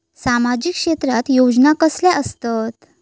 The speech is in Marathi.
सामाजिक क्षेत्रात योजना कसले असतत?